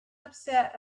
upset